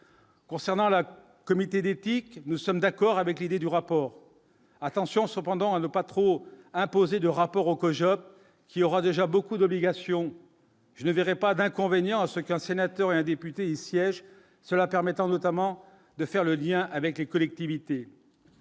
Concernant la comité d'éthique, nous sommes d'accord avec l'idée du rapport attention cependant à ne pas trop imposé de rapport au COJO qui aura déjà beaucoup d'obligations je ne verrais pas d'inconvénient à ce qu'un sénateur et un député siège cela permettra notamment de faire le lien avec les collectivités